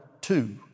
two